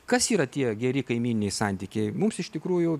kas yra tie geri kaimyniniai santykiai mums iš tikrųjų